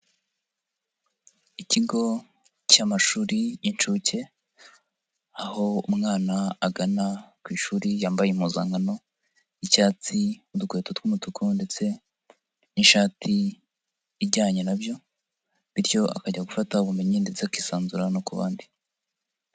Ikigo cy'amashuri y'incuke, aho umwana agana ku ishuri yambaye impuzankano y'icyatsi n'udukweto tw'umutuku ndetse n'ishati ijyanye na byo bityo akajya gufata ubumenyi ndetse akisanzura no ku bandi.